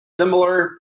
similar